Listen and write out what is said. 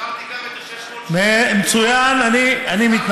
הזכרתי גם את ה-560 מיליון, מצוין, אני מתנצל.